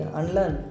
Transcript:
unlearn